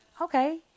Okay